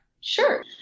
Sure